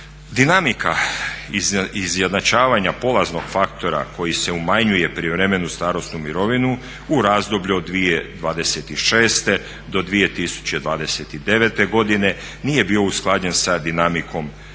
Dinamika izjednačavanja polaznog faktora koji umanjuje prijevremenu starosnu mirovinu u razdoblju od 2026. do 2029. godine nije bio usklađen sa dinamikom